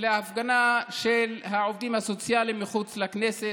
להפגנה של העובדים הסוציאליים מחוץ לכנסת,